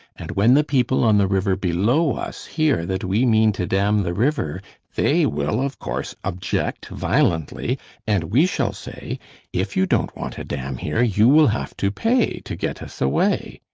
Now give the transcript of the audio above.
and when the people on the river below us hear that we mean to dam the river they will, of course, object violently and we shall say if you don't want a dam here you will have to pay to get us away.